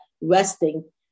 resting